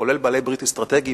כולל בעלי ברית אסטרטגיים,